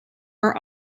are